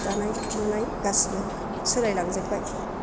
दानाय लुनाय गासैबो सोलायलांजोबबाय